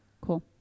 Cool